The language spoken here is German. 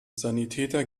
sanitäter